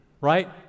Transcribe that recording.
right